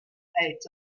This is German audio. als